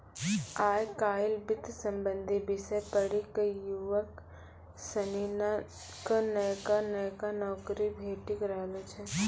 आय काइल वित्त संबंधी विषय पढ़ी क युवक सनी क नयका नयका नौकरी भेटी रहलो छै